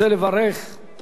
בבקשה.